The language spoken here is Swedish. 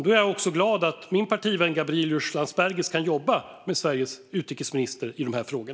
Jag är glad över att min partivän Gabrielius Landsbergis kan jobba med Sveriges utrikesminister i dessa frågor.